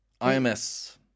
IMS